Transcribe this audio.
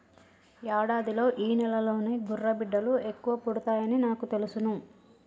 యాడాదిలో ఈ నెలలోనే గుర్రబిడ్డలు ఎక్కువ పుడతాయని నాకు తెలుసును